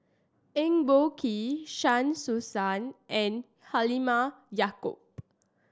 Eng Boh Kee Shah Hussain and Halimah Yacob